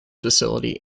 facility